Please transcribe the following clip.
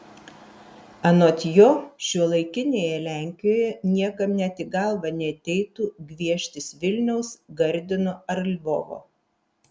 anot jo šiuolaikinėje lenkijoje niekam net į galvą neateitų gvieštis vilniaus gardino ar lvovo